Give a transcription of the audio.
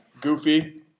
Goofy